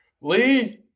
Lee